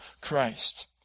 Christ